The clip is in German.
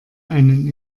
einen